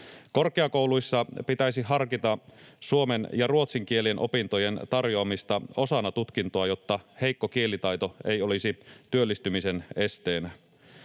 Korkeakouluissa pitäisi harkita suomen ja ruotsin kielien opintojen tarjoamista osana tutkintoa, jotta heikko kielitaito ei olisi työllistymisen esteenä.